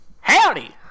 howdy